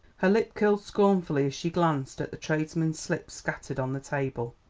her lip curled scornfully as she glanced at the tradesmen's slips scattered on the table.